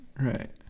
Right